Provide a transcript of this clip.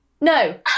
No